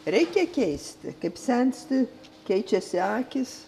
reikia keisti kaip sensti keičiasi akys